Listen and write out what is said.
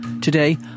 Today